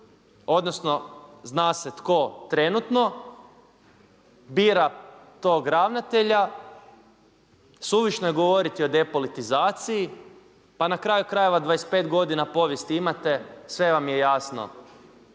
odnosno zna se tko trenutno bira tog ravnatelja. Suvišno je govoriti o depolitizaciji, pa na kraju krajeva 25 godina povijesti imate sve vam je jasno.